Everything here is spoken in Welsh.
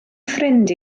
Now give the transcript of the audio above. ffrind